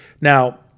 now